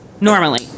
normally